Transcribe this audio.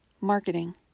marketing